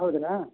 ಹೌದಾ